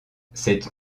cette